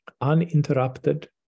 uninterrupted